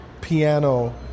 Piano